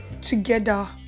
together